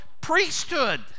priesthood